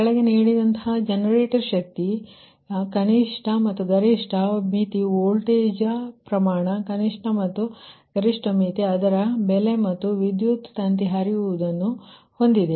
ಕೆಳಗೆ ನೀಡಿದಂತಹ ಜನರೇಟರ್ ಶಕ್ತಿ ಜನರೇಟರ್ ಶಕ್ತಿಯ ಕನಿಷ್ಠ ಗರಿಷ್ಠ ಮಿತಿ ವೋಲ್ಟೇಜ್ ಪ್ರಮಾಣದ ಕನಿಷ್ಠ ಮತ್ತು ಗರಿಷ್ಠ ಮಿತಿ ಅದರ ಬೆಲೆ ಮತ್ತು ವಿದ್ಯುತ್ ತಂತಿಯ ಹರಿವುವನ್ನು ಹೊಂದಿದೆ